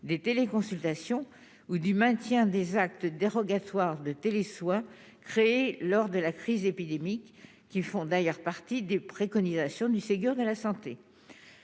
des téléconsultations ou du maintien des actes dérogatoires de télé soit créé lors de la crise épidémique qui font d'ailleurs partie des préconisations du Ségur de la santé